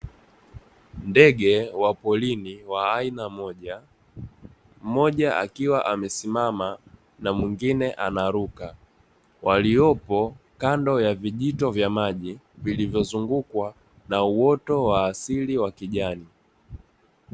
Ndege wa porini wa aina moja, mmoja akiwa amesimama na mwingine anaruka waliopo kando ya vijito vya maji vilivyozungukwa na uoto wa asili wa kijani.